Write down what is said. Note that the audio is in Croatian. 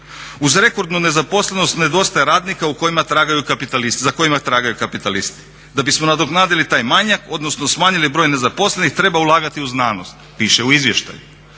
Uz rekordnu nezaposlenost nedostaje radnika za kojima tragaju kapitalisti. Da bismo nadoknadili taj manjak, odnosno smanjili broj nezaposlenih treba ulagati u znanost piše u izvještaju.